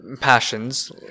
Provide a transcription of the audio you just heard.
passions